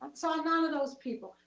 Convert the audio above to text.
saw none of those people.